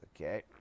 Okay